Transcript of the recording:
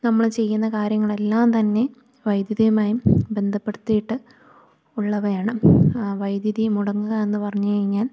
നമ്മള് ചെയ്യുന്ന കാര്യങ്ങളെല്ലാം തന്നെ വൈദ്യുതിയുമായും ബന്ധപ്പെടുത്തിയിട്ട് ഉള്ളവയാണ് ആ വൈദ്യുതി മുടങ്ങുക എന്ന് പറഞ്ഞ് കഴിഞ്ഞാൽ